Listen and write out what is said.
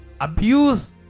abuse